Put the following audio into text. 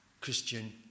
Christian